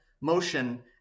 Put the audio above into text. motion